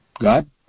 God